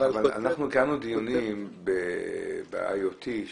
אנחנו קיימנו דיונים --- דברים שבאינטרנט,